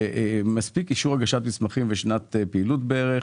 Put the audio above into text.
שמספיק אישור הגשת מסמכים בשנת פעילות בערך,